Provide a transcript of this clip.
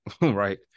right